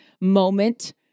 moment